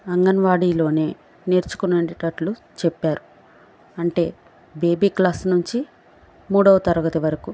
అంగన్వాడీలోనే నేర్చుకునేటట్లు చెప్పారు అంటే బేబీ క్లాస్ నుంచి మూడొవ తరగతి వరకు